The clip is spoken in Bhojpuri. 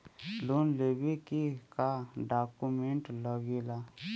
लोन लेवे के का डॉक्यूमेंट लागेला?